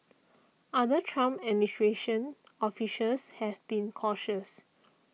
other Trump administration officials have been cautious